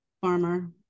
farmer